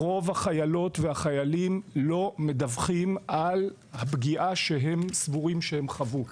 רוב החיילים והחיילות לא מדווחים על הפגיעה שהם סבורים שהם חוו.